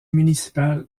municipal